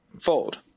Fold